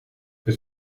het